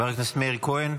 חבר הכנסת מאיר כהן.